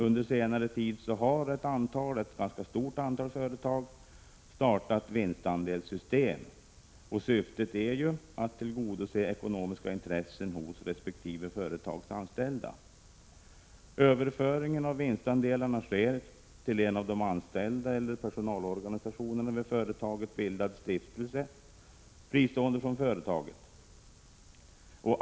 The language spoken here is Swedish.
Under senare tid har ett ganska stort antal företag startat vinstandelssystem i syfte att tillgodose ekonomiska intressen hos resp. företags anställda. Överföringen av vinstandelarna sker till en av de anställda eller personalorganisationerna vid företaget bildad stiftelse som är fristående från företaget.